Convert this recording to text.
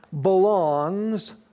belongs